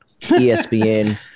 ESPN